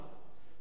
שמעולם,